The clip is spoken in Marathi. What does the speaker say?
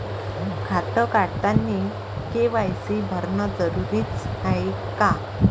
खातं काढतानी के.वाय.सी भरनं जरुरीच हाय का?